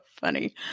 funny